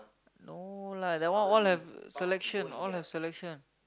no lah that one all have selection all have selection